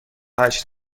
هشت